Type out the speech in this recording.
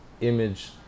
image